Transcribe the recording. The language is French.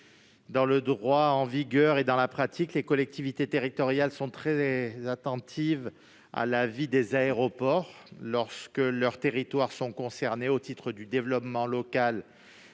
Dans le droit en vigueur et dans la pratique, les collectivités territoriales sont très attentives à la vie des aéroports lorsque leurs territoires sont concernés, qu'il s'agisse du développement local